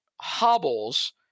hobbles –